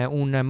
un